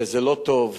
וזה לא טוב.